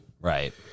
right